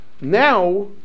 Now